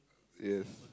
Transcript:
yes